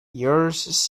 yours